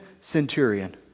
centurion